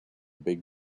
big